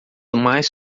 mais